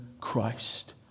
Christ